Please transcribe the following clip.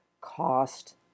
cost